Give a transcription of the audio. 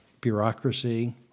bureaucracy